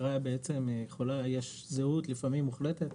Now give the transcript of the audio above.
יש זהות לפעמים מוחלטת,